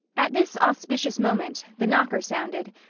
at this auspicious moment the knocker sounded.